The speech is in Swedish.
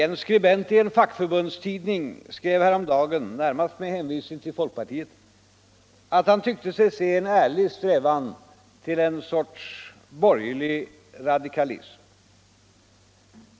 En skribent i en fackförbundstidning framhöll häromdagen närmast med hänvisning till folkpartiet att han tyckte sig se en ärlig strävan till en sorts borgerlig radikalism.